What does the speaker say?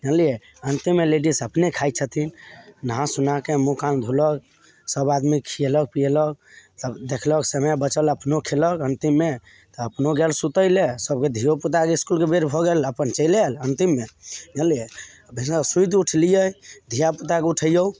जनलियै भनसोमे लेडिस अपने खाइ छथिन नहा सोनाके मुहकान धोलक सब आदमी खिएलक पियेलक सब देखलक समय बचल अपनो खेलक अन्तिममे अपनो गेल सुतै लै सबके धिओपुता के इसकुलके बेर भऽ गेल अपन चलि आएल अन्तिममे जनलियै भिनसर सुति उठलियै धिआपुताके उठैयौ